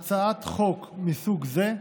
בהצעת חוק מסוג זה,